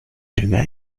dünger